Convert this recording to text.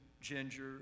Ginger